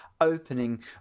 opening